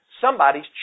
Somebody's